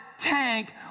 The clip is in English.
tank